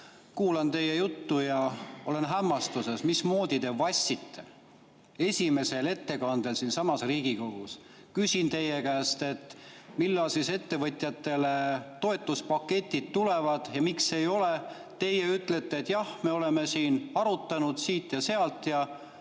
Kuulan teie juttu ja olen hämmastuses, mismoodi te vassite esimese ettekande ajal siin Riigikogus. Ma küsin teie käest, millal siis ettevõtjatele toetuspaketid tulevad ja miks neid ei ole. Teie ütlete, et jah, me oleme arutanud siit ja sealt.